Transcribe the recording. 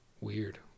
weird